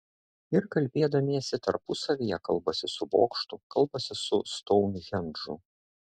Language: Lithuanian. ir kalbėdamiesi tarpusavyje kalbasi su bokštu kalbasi su stounhendžu